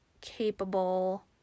capable